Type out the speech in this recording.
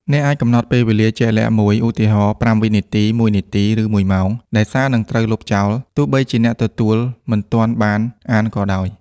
អ្នកអាចកំណត់ពេលវេលាជាក់លាក់មួយ (ឧទាហរណ៍ ៥ វិនាទី ១ នាទី ឬ ១ ម៉ោង) ដែលសារនឹងត្រូវលុបចោល ទោះបីជាអ្នកទទួលមិនទាន់បានអានក៏ដោយ។